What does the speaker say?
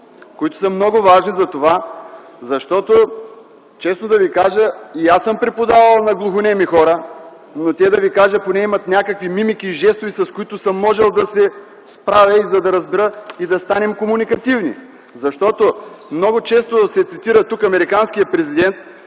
които са много важни. Честно да Ви кажа, и аз съм преподавал на глухонеми хора, но те поне имат някакви мимики и жестове, с които съм могъл да се справя, за да разбера и да станем комуникативни. Много често тук се цитира американският президент,